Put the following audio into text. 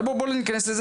אבל לא ניכנס לזה,